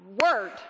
word